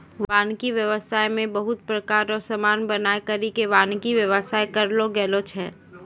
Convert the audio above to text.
वानिकी व्याबसाय मे बहुत प्रकार रो समान बनाय करि के वानिकी व्याबसाय करलो गेलो छै